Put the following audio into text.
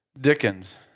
Dickens